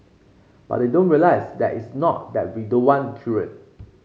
but they don't realise that it's not that we don't want children